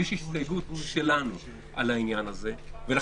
יש הסתייגות שלנו על העניין שלנו.